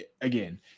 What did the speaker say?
again